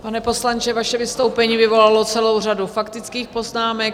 Pane poslanče, vaše vystoupení vyvolalo celou řadu faktických poznámek.